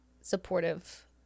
supportive